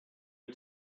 you